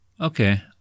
Okay